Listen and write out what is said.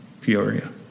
Peoria